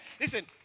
Listen